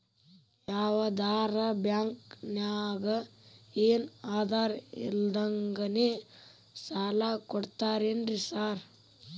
ಯಾವದರಾ ಬ್ಯಾಂಕ್ ನಾಗ ಏನು ಆಧಾರ್ ಇಲ್ದಂಗನೆ ಸಾಲ ಕೊಡ್ತಾರೆನ್ರಿ ಸಾರ್?